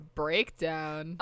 breakdown